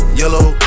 yellow